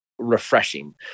Refreshing